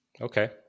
Okay